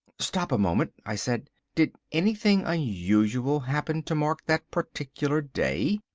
stop a moment, i said. did anything unusual happen to mark that particular day?